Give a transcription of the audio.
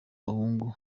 bahungu